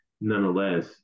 Nonetheless